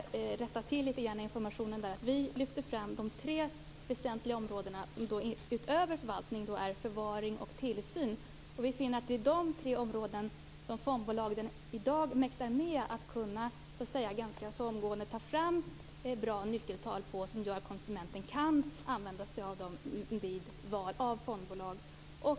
Fru talman! Jag vill göra en rättelse av informationen. Vi lyfter fram de tre väsentliga områdena som utöver förvaltning är förvaring och tillsyn. Vi finner att det är dessa tre områden som fondbolagen i dag mäktar med att ganska omgående ta fram nyckeltal på och som gör att konsumenten kan använda sig av dem vid val av fondbolag.